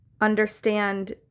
understand